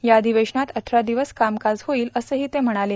या अधिवेशनात अठरा दिवस कामकाज होईल असंही ते म्हणाले